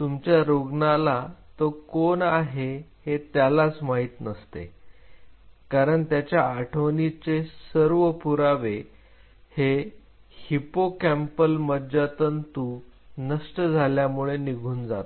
तुमच्या रुग्णाला तो कोण आहे हे त्यालाच माहित नसते कारण त्याच्या आठवणीचे सर्व पुरावे हे हिपोकॅम्पल मज्जातंतू नष्ट झाल्यामुळे निघून जातात